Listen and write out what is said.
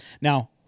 Now